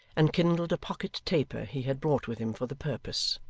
and kindled a pocket taper he had brought with him for the purpose.